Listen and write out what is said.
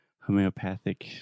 homeopathic